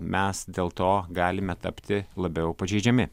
mes dėl to galime tapti labiau pažeidžiami